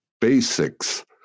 basics